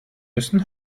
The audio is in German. müssen